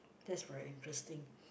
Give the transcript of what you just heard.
that's very interesting